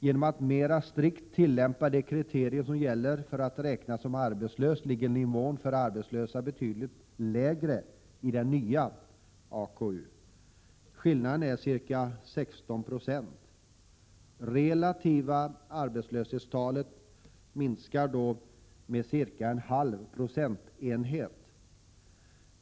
Genom att de kriterier som gäller för att räknas som arbetslös tillämpas mer strikt ligger nivån för arbetslösa betydligt lägre i den nya AKU. Skillnaden är ca 16 20. Det relativa arbetslöshetstalet minskar då med cirka en halv procentenhet.